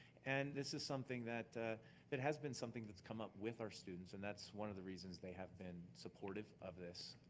and this is something that that has been something that's come up with our students and that's one of the reasons they have been supportive of this.